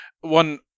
one